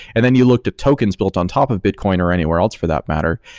and then you looked at tokens built on top of bitcoin or anywhere else for that matter,